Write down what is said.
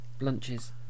lunches